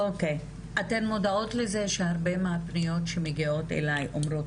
אתן מודעות לזה שהרבה מהפניות שמגיעות אלי אומרות